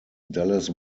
dallas